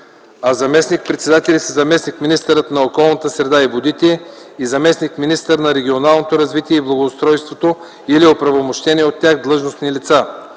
а заместник-председатели са заместник-министъра на околната среда и водите и заместник-министъра на регионалното развитие и благоустройството или оправомощени от тях длъжностни лица.